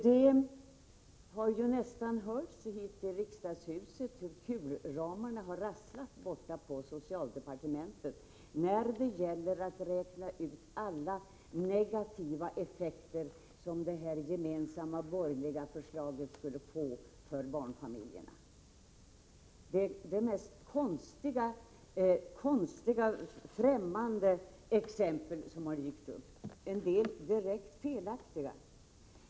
Det har hörts ända hit till riksdagshuset hur kulramarna har rasslat på socialdepartementet när det gällt att räkna ut alla negativa effekter som det gemensamma borgerliga förslaget skulle få för barnfamiljerna. Det har dykt upp de mest konstiga exempel, en del direkt felaktiga.